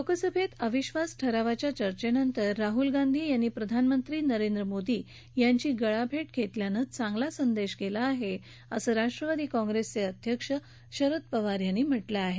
लोकसभेत अविधास ठरावाच्या चर्चेनंतर राहुल गांधी यांनी प्रधानमंत्री नरेंद्र मोदी यांची गळाभेट घेतल्यानं चांगला संदेश गेला आहे असं राष्ट्रवादी काँप्रेस पक्षाचे अध्यक्ष शरद पवार यांनी म्हटलं आहे